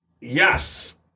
yes